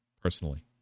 personally